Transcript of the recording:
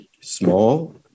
small